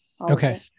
okay